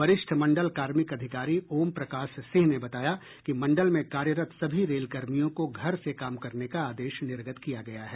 वरिष्ठ मंडल कार्मिक अधिकारी ओम प्रकाश सिंह ने बताया कि मंडल में कार्यरत सभी रेल कर्मियों को घर से काम करने का आदेश निर्गत किया गया है